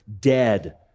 dead